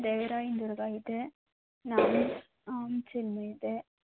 ದೇವ್ರಾಯಿನ ದುರ್ಗಾ ಇದೆ ನಾಮ ಚಿಲುಮೆ ಇದೆ